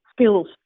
skills